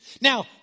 Now